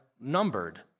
numbered